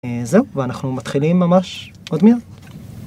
זהו ואנחנו מתחילים ממש עוד מעט